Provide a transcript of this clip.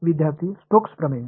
विद्यार्थीः स्टोक्स प्रमेय